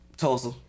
Tulsa